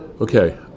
Okay